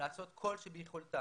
לעשות כל שביכולתם